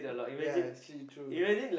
ya actually true